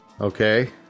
Okay